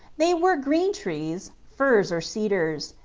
they were green trees firs or cedars,